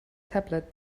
tablet